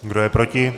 Kdo je proti?